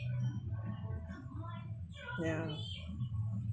ya